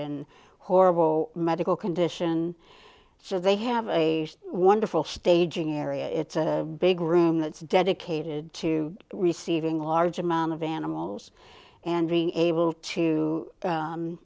in horrible medical condition so they have a wonderful staging area it's a big room that's dedicated to receiving a large amount of animals and being able to